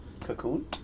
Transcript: Cocoon